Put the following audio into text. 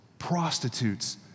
Prostitutes